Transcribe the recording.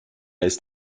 ist